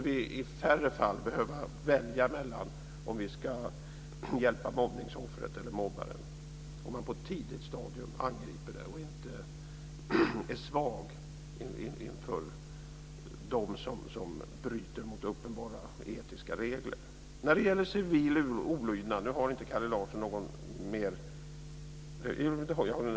Om man på ett tidigt stadium angriper detta och inte är svag inför dem som bryter mot uppenbara etiska regler, skulle vi i färre fall behöva välja mellan om vi ska hjälpa mobbningsoffret eller mobbaren.